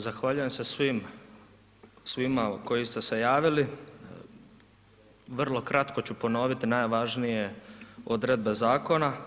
Zahvaljujem se svima koji ste se javili, vrlo kratko ću ponoviti najvažnije odredbe zakona.